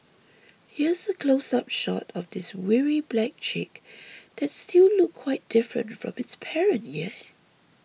Here's a close up shot of this weary black chick that still looked quite different from its parent yeah